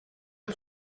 und